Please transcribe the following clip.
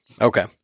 okay